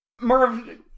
Merv